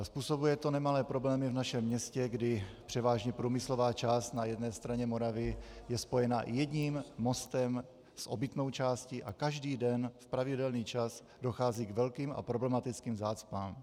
Způsobuje to nemalé problémy v našem městě, kdy převážně průmyslová část na jedné straně Moravy je spojena jedním mostem s obytnou částí a každý den v pravidelný čas dochází k velkým a problematickým zácpám.